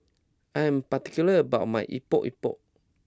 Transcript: I am particular about my Epok Epok